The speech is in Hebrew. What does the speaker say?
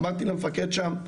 אמרתי למפקד שם,